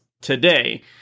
today